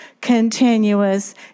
continuous